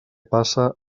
passa